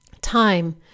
Time